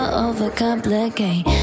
overcomplicate